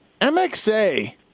MXA